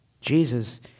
Jesus